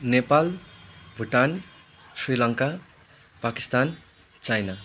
Nepal Bhutan Sri Lanka Pakistan China